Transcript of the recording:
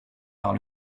par